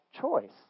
choice